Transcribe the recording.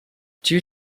due